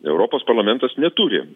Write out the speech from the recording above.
europos parlamentas neturi